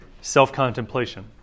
self-contemplation